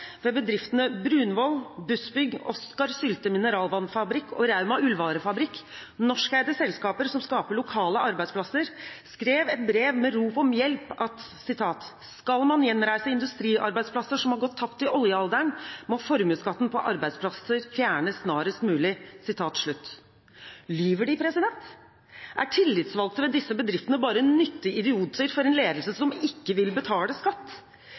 bedriftene Brunvoll, Bussbygg, Oscar Sylte Mineralvannfabrikk og Rauma Ullvarefabrikk – norskeide selskaper som skaper lokale arbeidsplasser – skrev i et brev med rop om hjelp: «Skal man gjenreise industriarbeidsplasser som har gått tapt i oljealderen, må formueskatten på arbeidsplasser fjernes snarest mulig.» Lyver de? Er tillitsvalgte ved disse bedriftene bare nyttige idioter for en ledelse som ikke vil betale skatt?